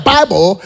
Bible